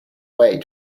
way